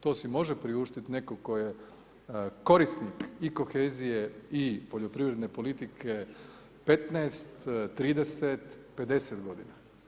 To si može priuštit netko tko je korisnik i kohezije i poljoprivredne politike 15, 30, 50 godina.